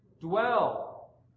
dwell